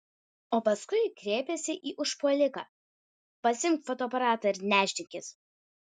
o paskui kreipėsi į užpuoliką pasiimk fotoaparatą ir nešdinkis